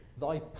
thy